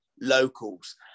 locals